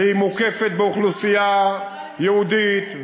אנחנו לא רוצים לשמוע את השפה הזאת,